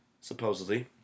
supposedly